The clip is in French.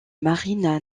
marine